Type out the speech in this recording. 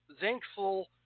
thankful